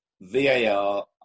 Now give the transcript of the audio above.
VAR